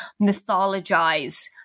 mythologize